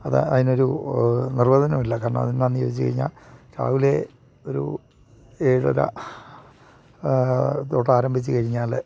അത് അതിന് ഒരു നിർവചനം ഇല്ല കാരണം അത് എന്താണെന്ന് ചോദിച്ചു കഴിഞ്ഞാൽ രാവിലെ ഒരു ഏഴര തോട്ടം ആരംഭിച്ചു കഴിഞ്ഞാൽ